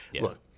Look